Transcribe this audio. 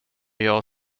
jag